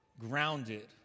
grounded